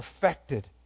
perfected